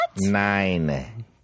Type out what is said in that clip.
nine